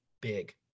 big